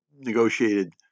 negotiated